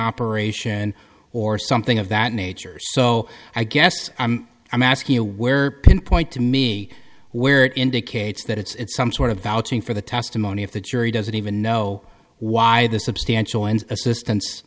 operation or something of that nature so i guess i'm i'm asking you where can point to me where it indicates that it's some sort of outing for the testimony if the jury doesn't even know why the substantial and assistance